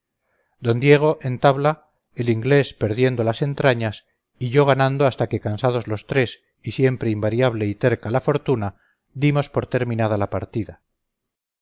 d diego en tabla el inglés perdiendo las entrañas y yo ganando hasta que cansados los tres y siempre invariable y terca la fortuna dimos por terminada la partida